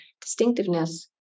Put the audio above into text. distinctiveness